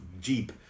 jeep